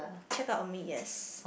check out on me yes